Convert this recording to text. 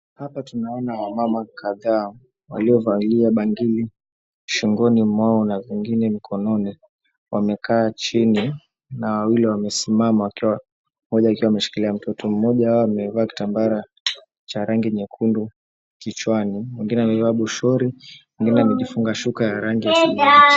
Hapa tunaona wamama kadhaa waliovalia bangili shingoni mwao na zingine mikononi wamekaa chini na wawili wamesimama wakiwa wameshikilia mtoto mmoja amevaa kitambara cha rangi nyekundu kichwani mwingine amevaa boshori na mmoja amejifunga shuka ya rangi ya samawati.